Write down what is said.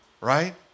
right